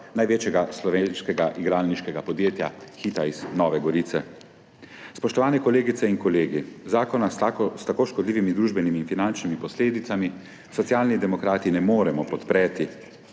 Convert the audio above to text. največjega slovenskega igralniškega podjetja – Hita iz Nove Gorice. Spoštovani kolegice in kolegi, zakona s tako škodljivimi družbenimi in finančnimi posledicami Socialni demokrati ne moremo podpreti.